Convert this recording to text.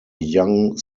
young